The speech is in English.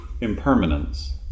impermanence